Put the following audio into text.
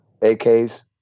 AKs